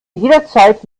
jederzeit